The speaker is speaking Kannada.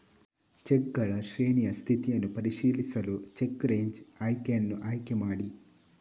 ಚೆಕ್ಗಳ ಶ್ರೇಣಿಯ ಸ್ಥಿತಿಯನ್ನು ಪರಿಶೀಲಿಸಲು ಚೆಕ್ ರೇಂಜ್ ಆಯ್ಕೆಯನ್ನು ಆಯ್ಕೆ ಮಾಡಿ